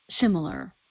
similar